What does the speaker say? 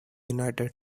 united